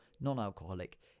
non-alcoholic